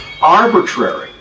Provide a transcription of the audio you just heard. arbitrary